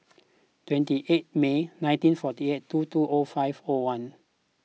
twenty eighth May nineteen forty eight two two O five O one